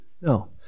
No